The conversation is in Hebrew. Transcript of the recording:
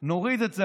נוריד את זה,